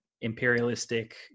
imperialistic